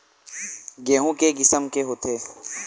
गेहूं के किसम के होथे?